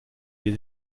wir